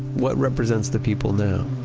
what represents the people now?